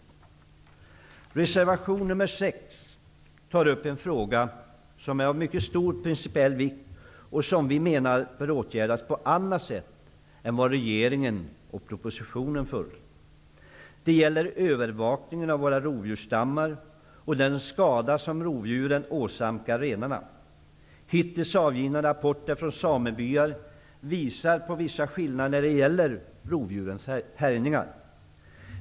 I reservation nr 6 tar vi upp en fråga som är av mycket stor principiell vikt och som vi menar bör åtgärdas på annat sätt än vad regeringen och propositionen föreslår. Det gäller övervakningen av våra rovdjursstammar och den skada som rovdjuren åsamkar renarna. Hittills avgivna rapporter från samebyar visar på vissa skillnader i rovdjurens härjningar.